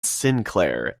sinclair